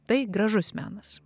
tai gražus menas